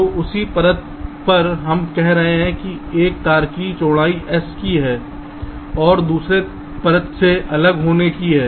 तो उसी परत पर हम कह रहे हैं कि एक तार की चौड़ाई s की है और दूसरी परत से अलग होने की है